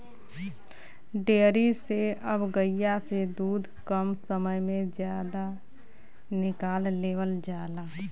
dairy से अब गइया से दूध कम समय में जादा निकाल लेवल जाला